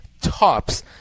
tops